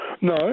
No